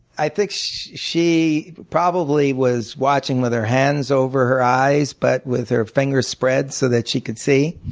i think she probably was watching with her hands over her eyes but with her fingers spread so that she could see.